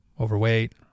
Overweight